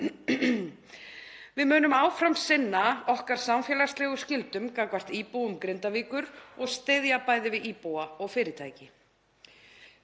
Við munum áfram sinna okkar samfélagslegu skyldum gagnvart íbúum Grindavíkur og styðja bæði við íbúa og fyrirtæki.